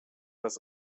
das